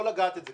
לא לגעת בזה,